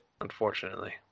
unfortunately